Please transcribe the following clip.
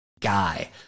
guy